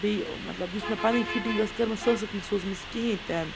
بیٚیہِ مطلب یُس مے پَنٕنۍ فِٹِنٛگ ٲس کٔرمٕژ سۄ ٲسٕکھ نہٕ سوٗزمٕژ کِہیٖنۍ تہِ نہٕ